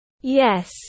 Yes